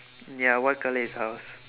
ya what colour his house